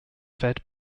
fed